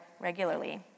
regularly